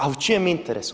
A u čijem interesu?